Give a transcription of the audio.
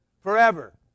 Forever